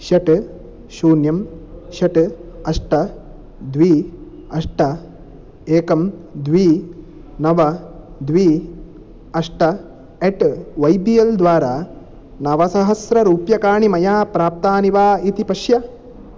षट् शून्यं षट् अष्ट द्वि अष्ट एकं द्वि नव द्वि अष्ट अट् वै बि एल् द्वारा नवसहस्र रूप्यकाणि मया प्राप्तानि वा इति पश्य